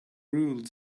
ruled